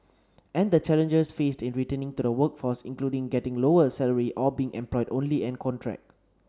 and the challenges faced in returning to the workforce including getting lower salary or being employed only on contract